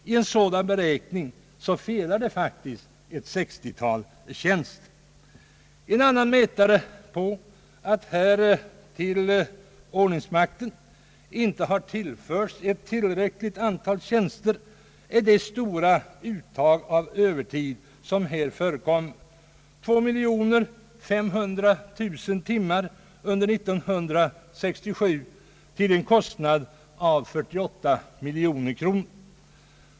Vid en sådan beräkning fattas det faktiskt ett 60-tal tjänster. En annan mätare på att ordningsmakten inte tillförts ett tillräckligt antal tjänster är de stora uttag av övertid som förekommer — 2500 000 timmar under 1967 till en kostnad av 48 miljoner kronor.